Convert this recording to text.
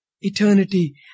eternity